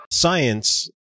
Science